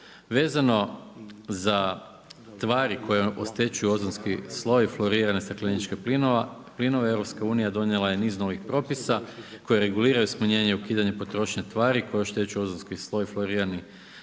Vezano za tvari koji oštećuju ozonski sloj, flourirane stakleničke plinovi, EU donijela je niz novih propisa, koje reguliraju smanjenje ukidanja potrošne tvari koje oštećuju ozonski sloj flourirani stakleniče plinove,